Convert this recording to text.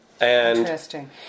Interesting